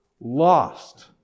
lost